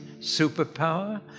superpower